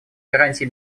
гарантии